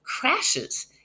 crashes